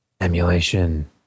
Emulation